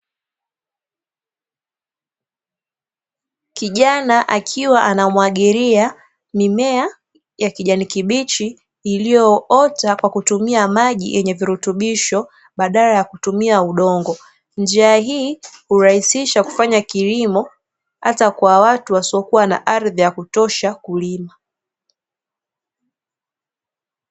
Kijana akiwa anamwagilia mimea yenye ya kijani kibichi iliyoota kwa kutumia maji yenye virutubisho badala ya kutumia udongo. Njia hii hurahisisha kufanya kilimo hata kwa watu wasiokuwa na ardhi ya kutosha kulima.